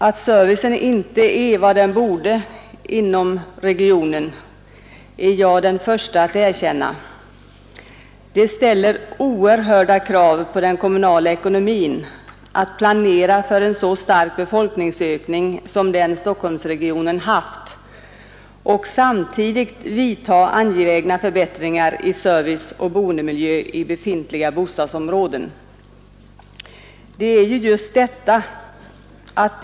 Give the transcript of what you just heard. Att servicen inte är som den borde vara inom regionen är jag den första att erkänna. Det ställer oerhörda krav på den kommunala ekonomin att planera för en så stark befolkningsökning som Stockholmsregionen har haft och samtidigt vidta angelägna förbättringar i serviceoch boendemiljö i befintliga bostadsområden.